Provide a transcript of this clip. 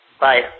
Bye